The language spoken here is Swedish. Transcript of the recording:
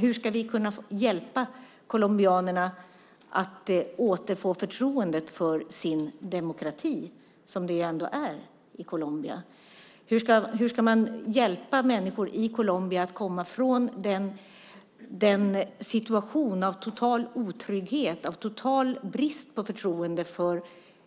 Hur ska vi kunna hjälpa colombianerna att återfå förtroendet för den demokrati som man ju ändå har i Colombia? Hur ska man hjälpa människor i Colombia att komma från en situation av total otrygghet och total brist på förtroende för